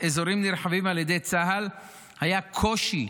אזורים נרחבים על ידי צה"ל היה קושי